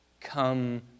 Come